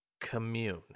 Commune